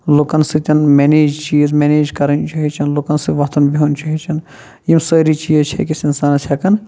لُکن سۭتۍ منیج چیٖز منیج کرٕنۍ یہِ چھُ ہیٚچھان لُکن سۭتۍ وَتھُن بیٚہن چھُ ہیٚچھان یِم سٲری چیٖز چھِ أکِس اِنسانس ہیٚکان